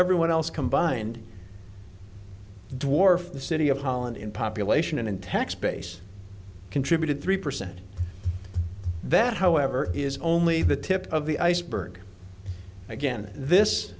everyone else combined dwarfs the city of holland in population and tax base contributed three percent that however is only the tip of the iceberg again this